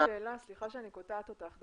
סליחה שאני קוטעת אותך,